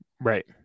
Right